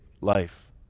life